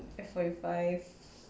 at forty five